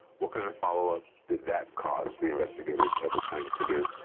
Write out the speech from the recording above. what kind of follow-up did that cause the investigators at the time to do?